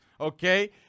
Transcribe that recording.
okay